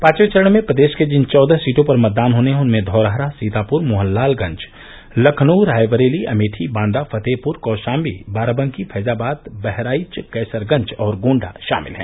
पांचर्वे चरण में प्रदेश की जिन चौदह सीटों पर मतदान होने हैं उनमें धौरहरा सीतापुर मोहनलालगंज लखनऊ रायबरेली अमेठी बांदा फतेहपुर कौशाम्बी बाराबंकी फैजाबाद बहराइच कैसरगंज और गोण्डा शामिल हैं